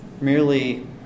merely